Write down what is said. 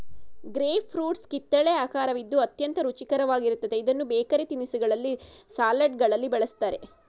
grape fruits ಕಿತ್ತಲೆ ಆಕರವಿದ್ದು ಅತ್ಯಂತ ರುಚಿಕರವಾಗಿರುತ್ತದೆ ಇದನ್ನು ಬೇಕರಿ ತಿನಿಸುಗಳಲ್ಲಿ, ಸಲಡ್ಗಳಲ್ಲಿ ಬಳ್ಸತ್ತರೆ